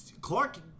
Clark